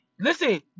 Listen